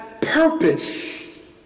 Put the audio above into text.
purpose